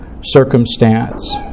circumstance